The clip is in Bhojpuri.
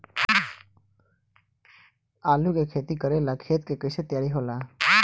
आलू के खेती करेला खेत के कैसे तैयारी होला?